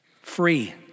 Free